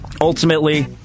ultimately